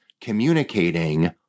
communicating